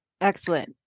Excellent